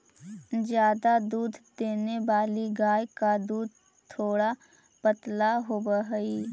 ज्यादा दूध देने वाली गाय का दूध थोड़ा पतला होवअ हई